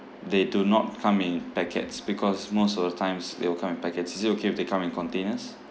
they do not come in packets because most of the times they will come in packets is it okay if they come in containers